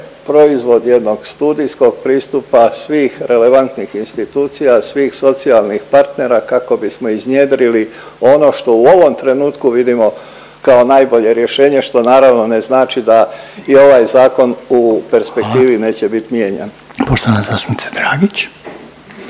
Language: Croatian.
proizvod jednog studijskog pristupa svih relevantnih institucija, svih socijalnih partnera kako bismo iznjedrili ono što u ovom trenutku vidimo kao najbolje rješenje što naravno ne znači da i ovaj zakon u perspektivi …/Upadica Reiner: Hvala./… neće bit